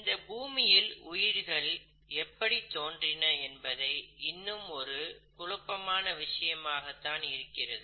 இந்த பூமியில் உயிர்கள் எப்படி தோன்றின என்பது இன்னும் ஒரு குழப்பமான விஷயமாக தான் இருக்கிறது